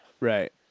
Right